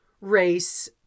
race